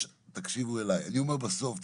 תקשיבו אלי, אני אומר בסוף תסתכלו,